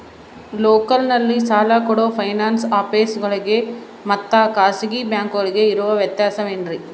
ಲೋಕಲ್ನಲ್ಲಿ ಸಾಲ ಕೊಡೋ ಫೈನಾನ್ಸ್ ಆಫೇಸುಗಳಿಗೆ ಮತ್ತಾ ಖಾಸಗಿ ಬ್ಯಾಂಕುಗಳಿಗೆ ಇರೋ ವ್ಯತ್ಯಾಸವೇನ್ರಿ?